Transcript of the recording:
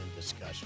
discussion